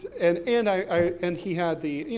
and and i, and he had the, you